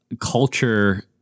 culture